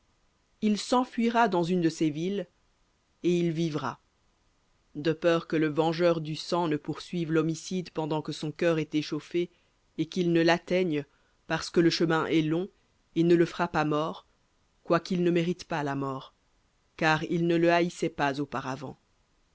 il s'enfuira dans une de ces villes et il vivra de peur que le vengeur du sang ne poursuive l'homicide pendant que son cœur est échauffé et qu'il ne l'atteigne parce que le chemin est long et ne le frappe à mort quoiqu'il ne mérite pas la mort car il ne le haïssait pas auparavant